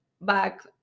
back